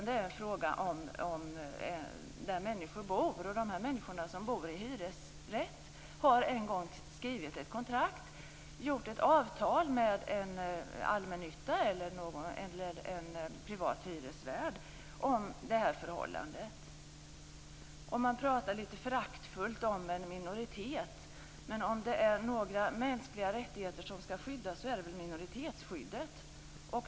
Det är en fråga om var människor bor. Och de människor som bor i en hyresrätt har en gång skrivit ett kontrakt och gjort ett avtal med allmännyttan eller en privat hyresvärd. Man pratar lite föraktfullt om en minoritet. Men om det är några mänskliga rättigheter som man skall ta hänsyn till så är det väl minoritetsskyddet.